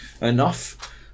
enough